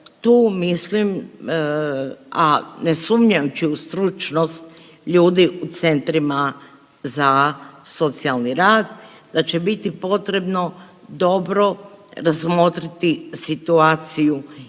tu mislim, a ne sumnjajući u stručnost ljudi u centrima za socijalni rad da će biti potrebno dobro razmotriti situaciju